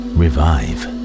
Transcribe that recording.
revive